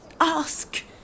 Ask